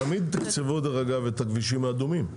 תמיד תקצבו את הכבישים האדומים.